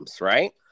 right